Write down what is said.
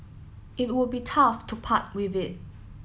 it would be tough to part with it